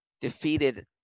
defeated